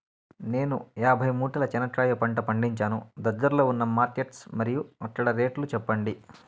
నేను యాభై మూటల చెనక్కాయ పంట పండించాను దగ్గర్లో ఉన్న మార్కెట్స్ మరియు అక్కడ రేట్లు చెప్పండి?